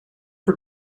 for